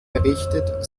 errichtet